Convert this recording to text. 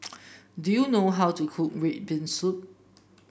do you know how to cook red bean soup